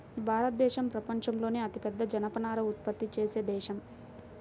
భారతదేశం ప్రపంచంలోనే అతిపెద్ద జనపనార ఉత్పత్తి చేసే దేశం